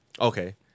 okay